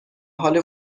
حال